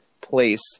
place